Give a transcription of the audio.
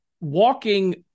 walking